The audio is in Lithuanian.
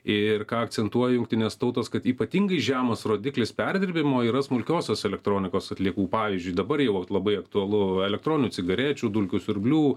ir ką akcentuoja jungtinės tautos kad ypatingai žemas rodiklis perdirbimo yra smulkiosios elektronikos atliekų pavyzdžiui dabar jau labai aktualu elektroninių cigarečių dulkių siurblių